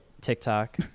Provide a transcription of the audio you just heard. TikTok